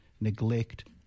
neglect